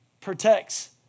protects